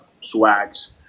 swags